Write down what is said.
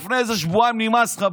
לפני איזה שבועיים נמאס לך,